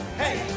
hey